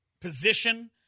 position